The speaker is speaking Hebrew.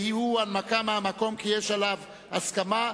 הוא בהנמקה מהמקום, כי יש עליו הסכמה.